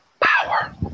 power